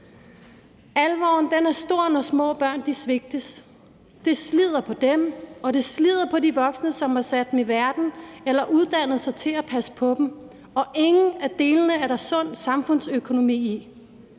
Alvoren er stor, når små børn svigtes. Det slider på dem, og det slider på de voksne, som har sat dem i verden eller har uddannet sig til at passe på dem. Ingen af delene er der sund samfundsøkonomi i.